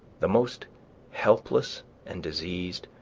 the most helpless and diseased,